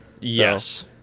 Yes